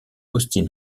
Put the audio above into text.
austin